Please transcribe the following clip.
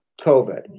COVID